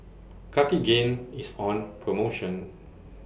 Cartigain IS on promotion